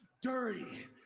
dirty